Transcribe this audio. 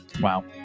wow